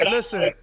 Listen